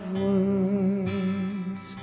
wounds